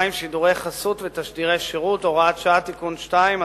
(שידורי חסות ותשדירי שירות) (הוראת שעה) (תיקון מס' 2),